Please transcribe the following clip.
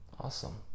awesome